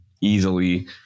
easily